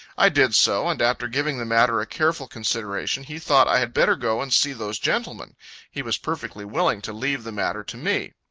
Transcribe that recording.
i did so, and after giving the matter a careful consideration, he thought i had better go and see those gentlemen he was perfectly willing to leave the matter to me.